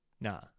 nah